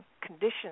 conditions